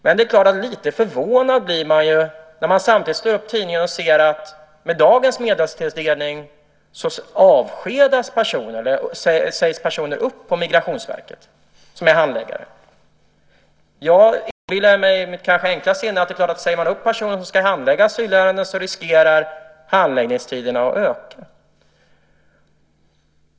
Men lite förvånad blir man när man samtidigt slår upp tidningen och ser att med dagens medelstilldelning sägs personer upp som är handläggare på Migrationsverket. Jag inbillar mig, kanske med mitt enkla sinne, att om man säger upp personer som ska handlägga asylärenden riskerar handläggningstiderna att öka.